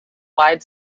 wide